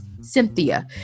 Cynthia